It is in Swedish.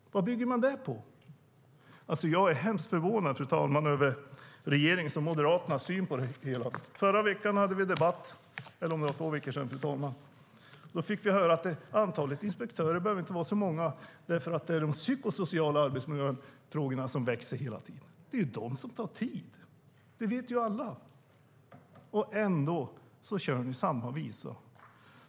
Vad bygger det rådet på? Jag är hemskt förvånad, fru talman, på regeringens och Moderaternas syn på det hela. För någon vecka sedan var det en debatt. Då fick vi höra att antalet inspektörer inte behöver vara så många därför att det är den psykosociala arbetsmiljöfrågorna som växer i omfattning hela tiden. Men det är de frågorna som tar tid att hantera. Det vet alla. Ändå kör ni samma visa.